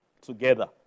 together